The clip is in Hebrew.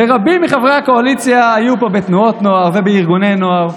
ורבים מחברי הקואליציה היו פה בתנועות נוער ובארגוני נוער.